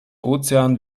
ozean